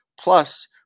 Plus